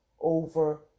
over